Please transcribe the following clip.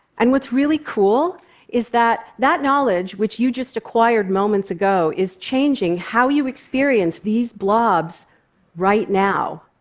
and what's really cool is that that knowledge which you just acquired moments ago is changing how you experience these blobs right now.